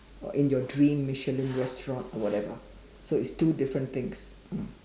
or in your dream Michelin restaurant or whatever so it's two different things mm